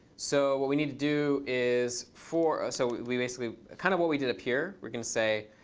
so what we need to do is for so we basically kind of what we did up here, we're going to say,